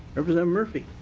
representative tenderfeet